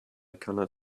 cannot